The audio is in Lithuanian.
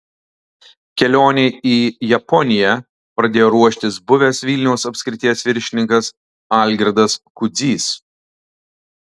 kelionei į japoniją pradėjo ruoštis buvęs vilniaus apskrities viršininkas algirdas kudzys